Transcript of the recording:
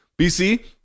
BC